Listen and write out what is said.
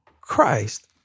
Christ